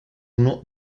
uno